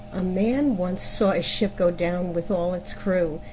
a man once saw a ship go down with all its crew,